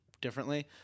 differently